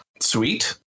Sweet